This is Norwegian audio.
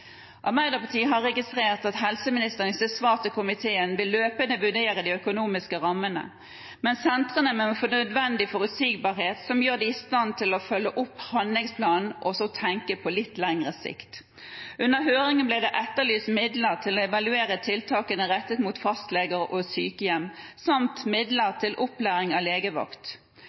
Arbeiderpartiet har registrert at helseministeren i sitt svar til komiteen vil løpende vurdere de økonomiske rammene, men sentrene må få nødvendig forutsigbarhet som gjør dem i stand til å følge opp handlingsplanen og å tenke på litt lengre sikt. Under høringen ble det etterlyst midler til å evaluere tiltakene rettet mot fastleger og sykehjem samt midler til opplæring av